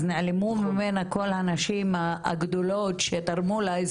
אז נעלמו ממנה כל הנשים הגדולות שתרמו להיסטוריה.